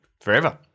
forever